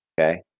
Okay